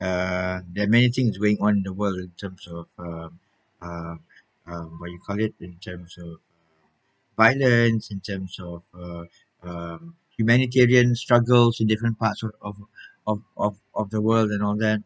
uh there're many things going on in the world in terms of uh uh uh what you call it in terms of violence in terms of uh um humanitarian struggles in different parts of of of of the world and all that